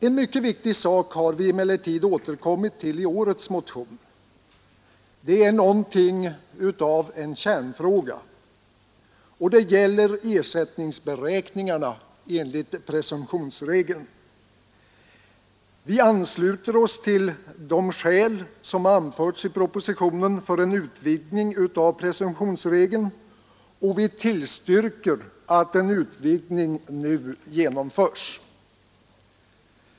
En mycket viktig sak har vi emellertid återkommit till i årets motion — detta är något av en kärnfråga — och det gäller ersättningsberäkningar enligt presumtionsregeln. Vi ansluter oss till de skäl som anförts i propositionen för en utvidgning av presumtionsregeln och tillstyrker att en utvidgning nu genomförs.